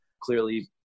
clearly